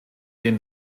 den